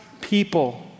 people